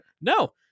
no